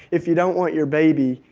if you don't want your baby,